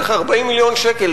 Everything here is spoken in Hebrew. זה 40 מיליון שקל,